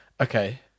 Okay